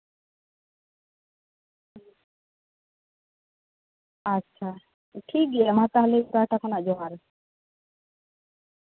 ᱟᱪᱪᱷᱟ ᱴᱷᱤᱠᱜᱮᱭᱟ ᱢᱟ ᱛᱟᱦᱞᱮ ᱤᱧ ᱯᱟᱦᱴᱟ ᱠᱷᱚᱱᱟᱜ ᱡᱚᱦᱟᱨ